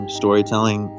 storytelling